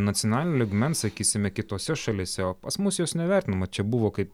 nacionalinio lygmens sakysime kitose šalyse o pas mus jos nevertinama čia buvo kaip